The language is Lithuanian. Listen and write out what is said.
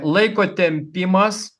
laiko tempimas